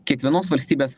kiekvienos valstybės